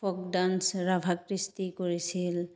ফক dance Rabha কৃষ্টি কৰিছিল